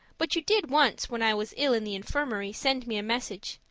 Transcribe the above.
but you did once, when i was ill in the infirmary, send me a message,